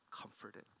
comforted